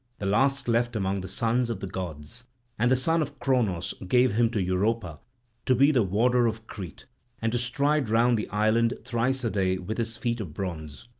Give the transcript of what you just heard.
the last left among the sons of the gods and the son of cronos gave him to europa to be the warder of crete and to stride round the island thrice a day with his feet of bronze.